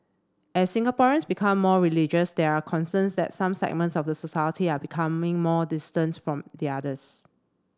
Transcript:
as Singaporeans become more religious there are concerns that some segments of the society are becoming more distant from the others